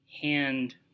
hand